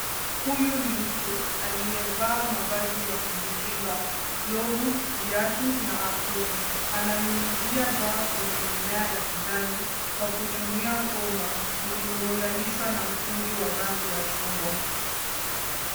Huyu ni mtu aliyevaa mavazi ya kujikinga, glovu, viatu na aproni. Ananyunyizia dawa kwenye mimea ya kijani kwa kutumia bomba lililounganishwa na mtungi wa rangi ya chungwa.